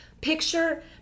picture